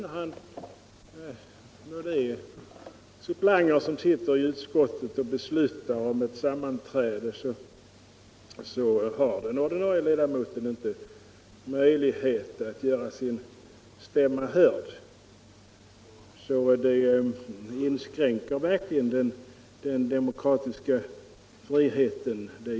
När det sitter en suppleant i utskottet då utskottet beslutar om ett sammanträde har den ordinarie ledamoten inte möjlighet att göra sin stämma hörd. Den här ordningen inskränker därför verkligen den demokratiska friheten.